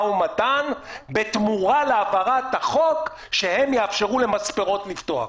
ומתן בתמורה להעברת החוק שהם יאפשרו למספרות לפתוח.